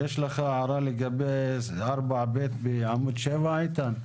יש לך הערה לגבי 4(ב) בעמוד 7, איתן?